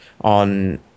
on